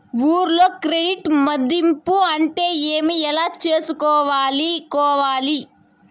ఊర్లలో క్రెడిట్ మధింపు అంటే ఏమి? ఎలా చేసుకోవాలి కోవాలి?